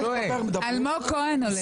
אלמוג כהן הולך להיות.